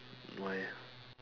why eh